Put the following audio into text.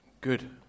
Good